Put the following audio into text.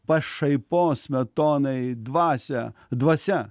pašaipos smetonai dvasią dvasia